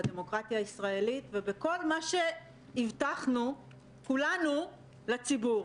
בדמוקרטיה הישראלית ובכל מה שהבטחנו כולנו לציבור.